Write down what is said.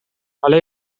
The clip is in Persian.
حالا